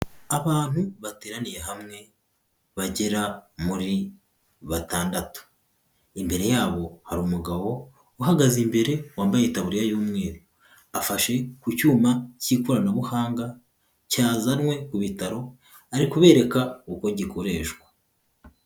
Abantu bateraniye hamwe bagera muri batandatu, imbere yabo hari umugabo uhagaze imbere wambaye itaburiya y'umweru, afashe ku cyuma cy'ikoranabuhanga cyazanywe ku bitaro ari kubereka uko gikoreshwa.